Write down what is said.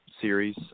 series